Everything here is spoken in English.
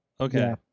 okay